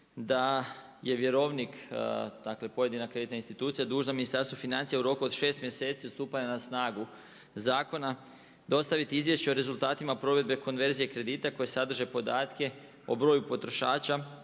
da je vjerovnik, dakle pojedina kreditna institucija dužna Ministarstvu financija u roku od šest mjeseci od stupanja na snagu zakona dostaviti izvješće o rezultatima provedbe konverzije kredita koji sadrže podatke o broju potrošača